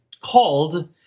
called